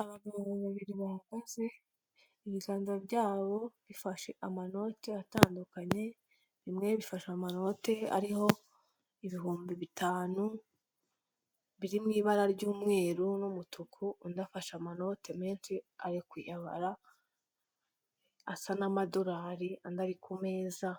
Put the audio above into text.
Abagabo babiri bahagaze ibiganza byabo bifashe amanote atandukanye, bimwe bifasha amanote ariho ibihumbi bitanu biri mu ibara ry'umweru n'umutuku, undi afashe amanote menshi ari kuyabara asa n'amadorari, andi ari ku meza,